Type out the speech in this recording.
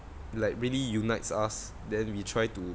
like really unites us then we try to